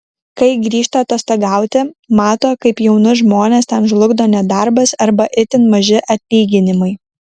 kai grįžta atostogauti mato kaip jaunus žmones ten žlugdo nedarbas arba itin maži atlyginimai